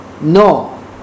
No